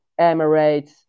Emirates